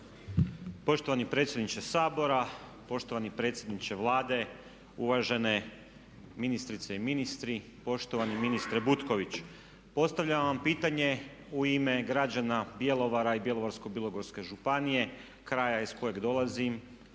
Poštovani predsjedniče Sabora, poštovani predsjedniče Vlade, uvažene ministrice i ministri, poštovani ministre Butković. Postavljam vam pitanje u ime građana Bjelovara i Bjelovarsko-bilogorske županije, kraja iz kojeg dolazim,